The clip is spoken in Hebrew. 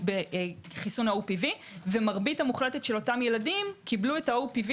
בכיסוי OPV ומרבית המוחלטת של אותם ילדים קיבלו את ה-OPV